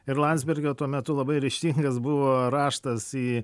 ir landsbergio tuo metu labai ryžtingas buvo raštas į